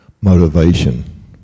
motivation